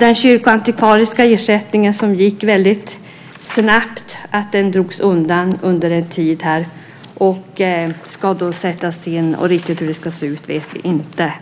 den kyrkoantikvariska ersättningen snabbt drogs undan en tid. Den ska åter sättas in. Riktigt hur det ska se ut vet vi inte.